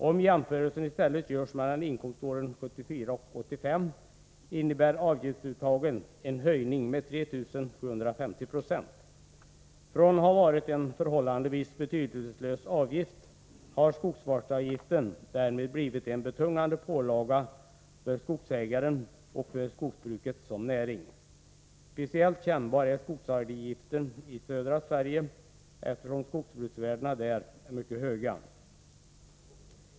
Om jämförelsen i stället görs mellan inkomstären 1974 och 1985, innebär avgiftsuttagen en höjning med 3 750 96. Från att ha varit en förhållandevis betydelselös avgift har skogsvårdsavgiften därmed blivit en betungande pålaga för skogsägaren som individ och för skogsbruket som näring. Speciellt kännbar är skogsvårdsavgiften i södra Sverige, eftersom skogsbruksvärdena där är mycket höga.